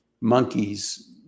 monkeys